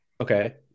Okay